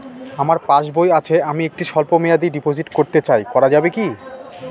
আমার পাসবই আছে আমি একটি স্বল্পমেয়াদি ডিপোজিট করতে চাই করা যাবে কি?